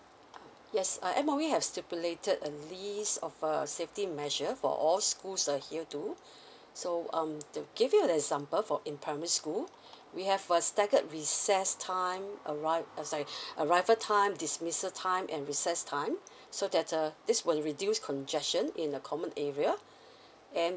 yes uh M_O_E has stipulated a list of uh safety measure for all schools to adhere to so um to give you an example for in primary school we have a staggered recess time arrive eh sorry arrival time dismissal time and recess time so that uh this will reduce congestion in a common area and